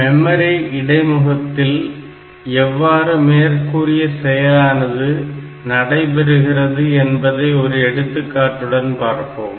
memory இடைமுகத்தில் எவ்வாறு மேற்கூறிய செயலானது நடைபெறுகிறது என்பதை ஒரு எடுத்துக்காட்டுடன் பார்ப்போம்